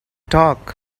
talk